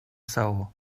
saó